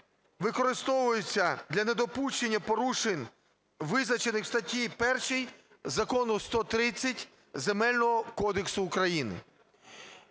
використовуються для недопущення порушень, визначених в статті 1 закону 130 Земельного кодексу України.